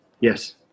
Yes